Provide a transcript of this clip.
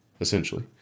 essentially